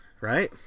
right